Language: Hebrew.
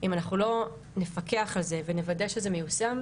אם אנחנו לא נפקח על זה ונוודא שזה מיושם,